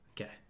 Okay